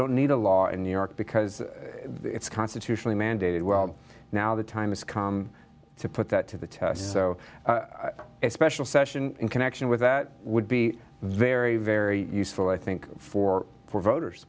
don't need a law in new york because it's constitutionally mandated well now the time has come to put that to the test so a special session in connection with that would be very very useful i think for voters